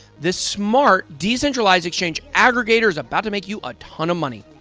this smart decentralized exchange aggregator is about to make you a ton of money.